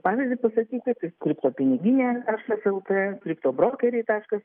pavyzdį pasakyti tai kripto piniginė taškas lt kripto brokeriai taškas